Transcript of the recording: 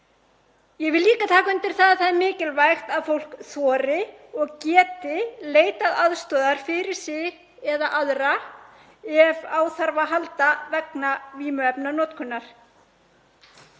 Ég vil líka taka undir það að það er mikilvægt að fólk þori og geti leitað aðstoðar fyrir sig eða aðra ef á þarf að halda vegna vímuefnanotkunar.